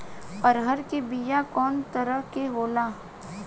अरहर के बिया कौ तरह के होला?